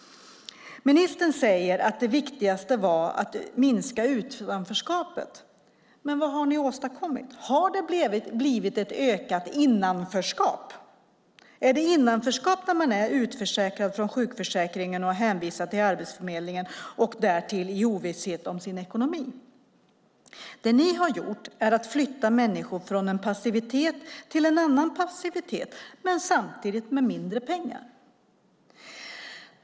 Ministern säger att det viktigaste var att minska utanförskapet. Men vad har ni åstadkommit? Har det blivit ett ökat innanförskap? Är det innanförskap när man är utförsäkrad från sjukförsäkringen och hänvisad till Arbetsförmedlingen, därtill i ovisshet om sin ekonomi? Det ni har gjort är att flytta människor från en passivitet till en annan passivitet men med mindre pengar.